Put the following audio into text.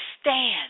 stand